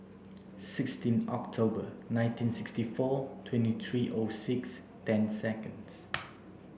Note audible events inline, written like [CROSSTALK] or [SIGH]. sixteen October nineteen sixty four twenty three O six ten seconds [NOISE]